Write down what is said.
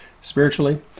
spiritually